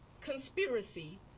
conspiracy